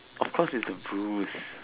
of course it's a bruise